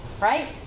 right